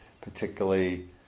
particularly